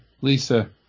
Lisa